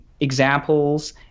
examples